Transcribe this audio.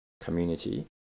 community